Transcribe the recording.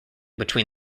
between